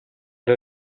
der